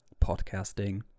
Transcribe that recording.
podcasting